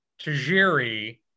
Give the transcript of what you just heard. Tajiri